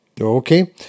Okay